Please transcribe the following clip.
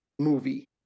Movie